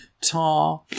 tar